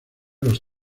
los